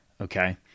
Okay